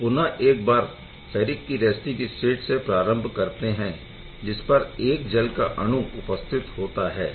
हम पुनः एक बार फैरिक की रैस्टिंग स्टेट से प्रारम्भ करते है जिसपर एक जल का अणु उपस्थित होता है